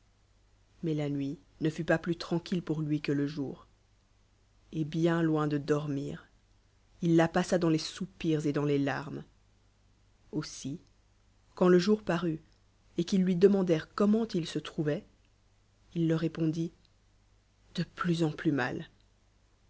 mais la nuit ne fut pas plus tranquille pour lui que le jour et lien loin de dormir il la passa dans les soupirs et dans les larmes aussi quand le jour r l'ut et qu'ils lui demandéreut comment il se trouvoit il leur réppndit de plusmal enplus n al